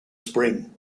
spring